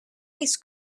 his